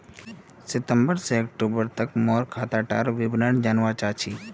सितंबर से अक्टूबर तक मोर खाता डार विवरण जानवा चाहची?